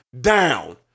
down